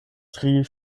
tri